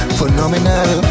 Phenomenal